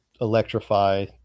electrify